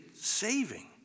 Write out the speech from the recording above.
saving